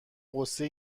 غصه